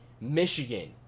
Michigan